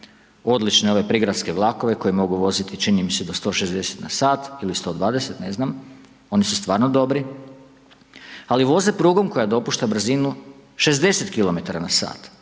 odlične ove prigradske vlakove koji mogu voziti čini mi se do 160 na sat ili 120, ne znam, oni su stvarno dobri ali voze prugom koja dopušta brzinu 60 km/h.